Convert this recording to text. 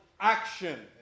action